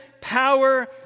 power